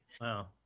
Wow